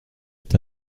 est